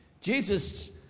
Jesus